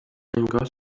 انگار